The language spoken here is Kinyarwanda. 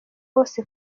wose